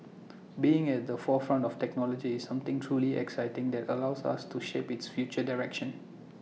being at the forefront of technology is something truly exciting that allows us to shape its future direction